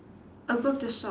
above the sock